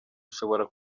ishobora